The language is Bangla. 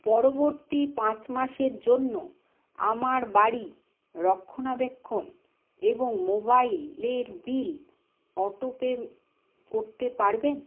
পরবর্তী পাঁচ মাসের জন্য আমার বাড়ি রক্ষণাবেক্ষণ এবং মোবাইলের বিল অটোপে করতে পারবেন